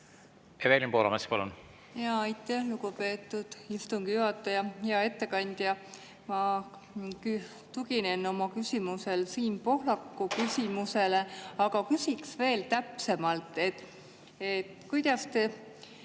Evelin Poolamets, palun! Aitäh, lugupeetud istungi juhataja! Hea ettekandja! Ma tuginen oma küsimuses Siim Pohlaku küsimusele, aga küsin veel täpsemalt. Kuidas te